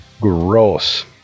Gross